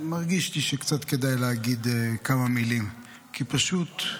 אני מרגיש שקצת כדאי להגיד כמה מילים, כי פשוט,